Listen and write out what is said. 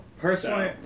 Personally